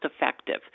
effective